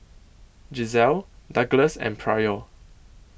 Gisele Douglas and Pryor